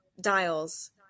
dials